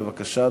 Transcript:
בבקשה,